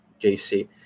JC